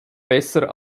besser